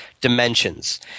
dimensions